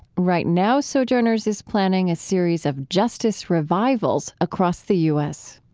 right now, sojourners is planning a series of justice revivals across the u s.